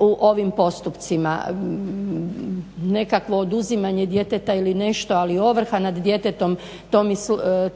u ovim postupcima, nekakvo oduzimanje djeteta ili nešto ali ovrha nad djetetom,